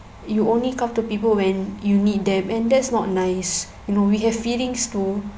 you only come to people when you need them and that's not nice you know we have feelings too